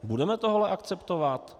Budeme tohle akceptovat?